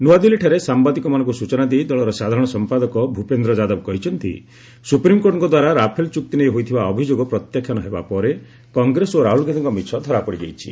ନୂଆଦିଲ୍ଲୀଠାରେ ସାମ୍ବାଦିକମାନଙ୍କୁ ସୂଚନା ଦେଇ ଦଳର ସାଧାରଣ ସମ୍ପାଦକ ଭୂପେନ୍ଦ୍ର ଯାଦବ କହିଛନ୍ତି ସୁପ୍ରିମକୋର୍ଟଙ୍କ ଦ୍ୱାରା ରାଫେଲ ଚୁକ୍ତି ନେଇ ହୋଇଥିବା ଅଭିଯୋଗ ପ୍ରତ୍ୟାଖାନ ହେବାପରେ କଂଗ୍ରେସ ଓ ରାହୁଳଗାନ୍ଧୀଙ୍କ ମିଛ ଧରାପଡିଯାଇଛି